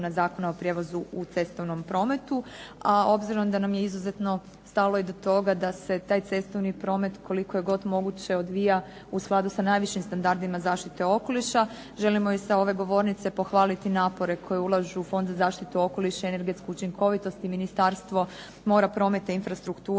i dopuna Zakona u cestovnom prometu a obzirom da nam je izuzetno stalo i do toga da se taj cestovni promet koliko je god moguće odvija u skladu sa najvišim standardima zaštite okoliša želimo i sa ove govornice pohvaliti napore koje ulažu u Fond za zaštitu okoliša i energetsku učinkovitost i Ministarstvo mora, prometa i infrastrukture